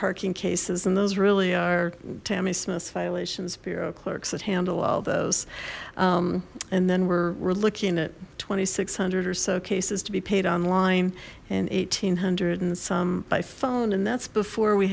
parking cases and those really are tammy's most violations bureau clerks that handle all those and then we're looking at twenty six hundred or so cases to be paid online and eighteen hundred and some by phone and that's before we